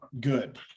good